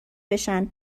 بشن